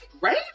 Right